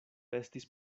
estis